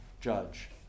judge